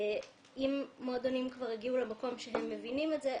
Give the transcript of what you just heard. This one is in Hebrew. אם מועדונים כבר הגיעו למקום שהם מבינים את זה,